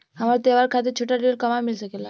हमरा त्योहार खातिर छोटा ऋण कहवा मिल सकेला?